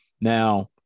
now